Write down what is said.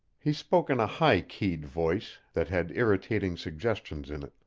he spoke in a high-keyed voice that had irritating suggestions in